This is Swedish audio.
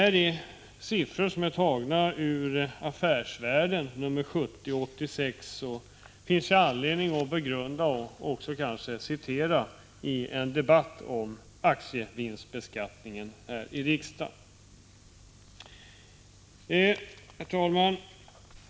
Dessa siffror är tagna ur tidningen Affärsvärlden nr 70 år 1986. Det finns anledning att begrunda dem och citera tidningen i en debatt här i riksdagen om aktievinstbeskattningen. Herr talman!